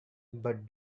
but